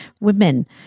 women